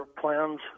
plans